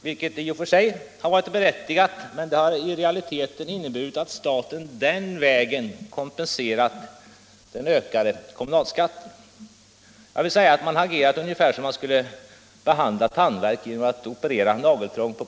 Detta är i och för sig helt berättigat, men i realiteten har det inneburit att staten den vägen har kompenserat den ökade kommunalskatten. Man har agerat som om man skulle behandla tandvärk genom att operera patienten för nageltrång.